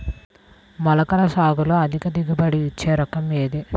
మొలకల సాగులో అధిక దిగుబడి ఇచ్చే రకం ఏది?